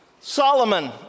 Solomon